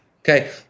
okay